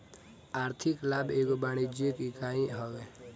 आर्थिक लाभ एगो वाणिज्यिक इकाई हवे